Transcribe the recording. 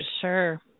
sure